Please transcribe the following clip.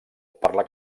parla